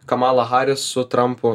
kamala haris su trampu